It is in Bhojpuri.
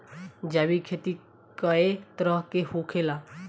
जैविक खेती कए तरह के होखेला?